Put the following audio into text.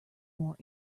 more